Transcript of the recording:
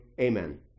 Amen